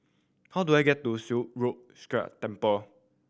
how do I get to Silat Road Sikh Temple